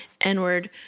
N-word